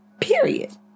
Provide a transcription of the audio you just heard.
Period